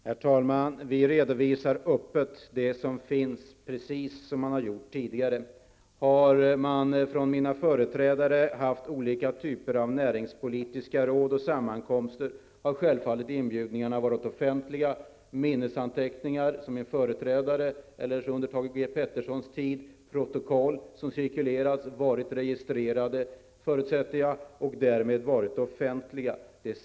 Herr talman! Vi redovisar öppet det som finns, precis som man har gjort tidigare. Om mina företrädare har haft olika typer av näringspolitiska råd och sammankomster, har självfallet inbjudningarna till dessa varit offentliga. Minnesanteckningar har under min företrädares tid och under Thage G Petersons tid varit offentliga, liksom protokoll som cirkulerats och -- förutsätter jag -- varit registrerade och därmed offentliga.